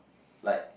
like